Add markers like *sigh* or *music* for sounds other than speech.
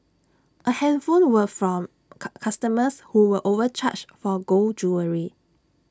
A handful were from *unintelligible* customers who were overcharged for gold jewellery